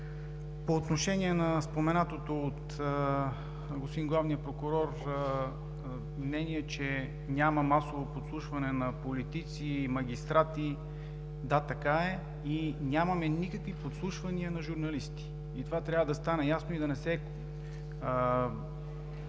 По отношение на споменатото от господин Главния прокурор мнение, че няма масово подслушване на политици, магистрати – да, така е, и нямаме никакви подслушвания на журналисти. И това трябва да стане ясно, и да не се